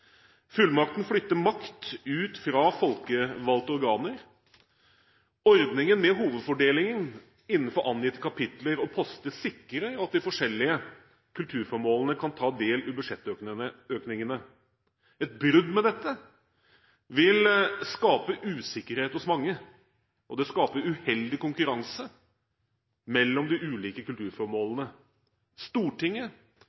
Fullmakten flytter makt ut fra folkevalgte organer. Ordningen med hovedfordelingen innenfor angitte kapitler og poster sikrer at de forskjellige kulturformålene kan ta del i budsjettøkningene. Et brudd med dette vil skape usikkerhet hos mange, og det skaper uheldig konkurranse mellom de ulike